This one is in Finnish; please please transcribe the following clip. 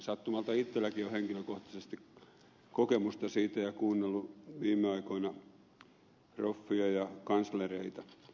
sattumalta itsellänikin on henkilökohtaisesti kokemusta siitä ja olen kuunnellut viime aikoina proffia ja kanslereita